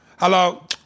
Hello